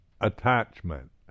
attachment